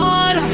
on